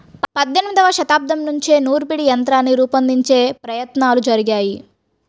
పద్దెనిమదవ శతాబ్దం నుంచే నూర్పిడి యంత్రాన్ని రూపొందించే ప్రయత్నాలు జరిగాయి